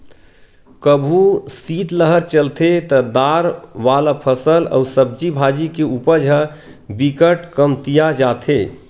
कभू सीतलहर चलथे त दार वाला फसल अउ सब्जी भाजी के उपज ह बिकट कमतिया जाथे